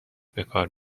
بکار